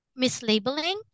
mislabeling